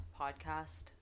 podcast